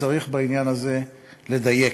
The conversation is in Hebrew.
וצריך בעניין הזה לדייק.